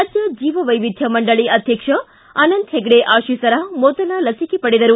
ರಾಜ್ಯ ಜೀವ ವೈವಿದ್ಯ ಮಂಡಳ ಅಧ್ಯಕ್ಷ ಅನಂತ ಹೆಗಡೆ ಅಶೀಸರ್ ಮೊದಲ ಲಸಿಕೆ ಪಡೆದರು